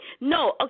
No